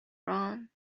brown